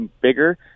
bigger